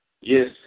Yes